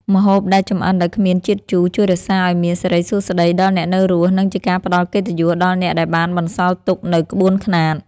ម្ហូបដែលចម្អិនដោយគ្មានជាតិជូរជួយរក្សាឱ្យមានសិរីសួស្តីដល់អ្នកនៅរស់ និង ជាការផ្ដល់កិត្តិយសដល់អ្នកដែលបានបន្សល់ទុកនូវក្បួនខ្នាត។